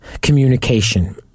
communication